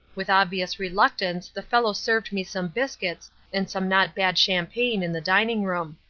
with obvious reluctance the fellow served me some biscuits and some not bad champagne in the dining-room.